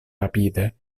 rapide